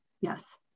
Yes